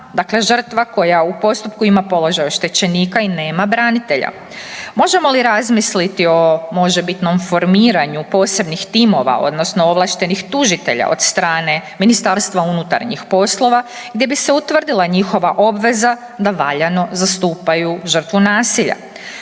dakle žrtva koja u postupku ima položaj oštećenika i nema branitelja. Možemo li razmisliti o možebitnom formiranju posebnih timova odnosno ovlaštenih tužitelja od strane MUP-a gdje bi se utvrdila njihova obveza da valjano zastupaju žrtvu nasilja?